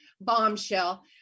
bombshell